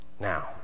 Now